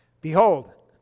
Behold